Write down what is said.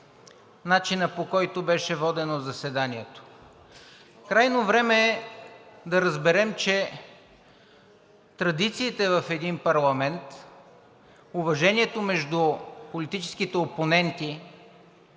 начинът, по който беше водено заседанието. Крайно време е да разберем, че традициите в един парламент, уважението между политическите опоненти,